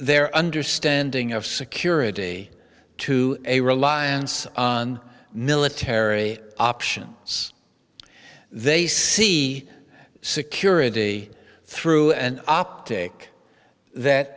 their understanding of security to a reliance on military options they see security through an optic that